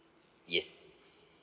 yes